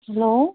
hello